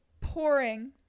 pouring –